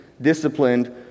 disciplined